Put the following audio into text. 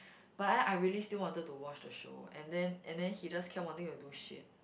but I I really still wanted to watch the show and then and then he just kept wanting to do shit